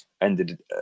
ended